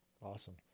Awesome